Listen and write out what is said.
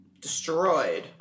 Destroyed